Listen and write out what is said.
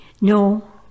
No